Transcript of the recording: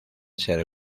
ser